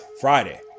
friday